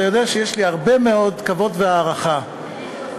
אתה יודע שיש לי הרבה מאוד כבוד והערכה גם